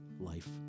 life